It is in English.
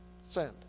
send